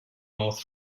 north